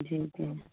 जी जी